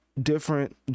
different